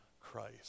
Christ